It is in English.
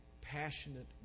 passionate